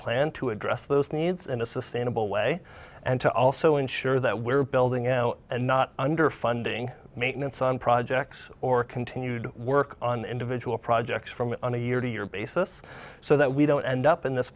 plan to address those needs in a sustainable way and to also ensure that we're building in and not underfunding maintenance on projects or continued work on individual projects from a year to year basis so that we don't end up in this